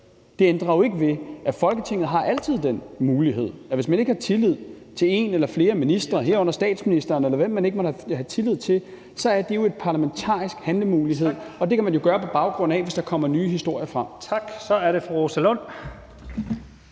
Det ændrer jo ikke ved, at Folketinget altid har den mulighed, at hvis man ikke har tillid til en eller flere ministre, herunder statsministeren, eller hvem man ikke måtte have tillid til, så er der jo en parlamentarisk handlemulighed, og den man jo gøre brug af, på baggrund af at der kommer nye historier frem. Kl. 14:39 Første